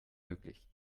möglich